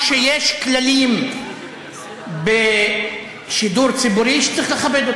שיש כללים בשידור ציבורי שצריך לכבד,